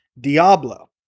Diablo